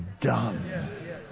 done